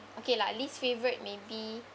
okay lah at least favourite maybe